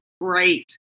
great